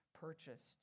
purchased